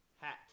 hat